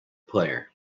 player